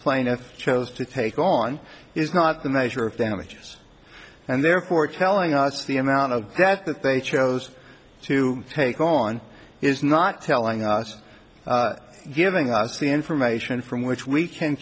plaintiff chose to take on is not the measure of damages and therefore telling us the amount of that that they chose to take on is not telling us giving us the information from which we can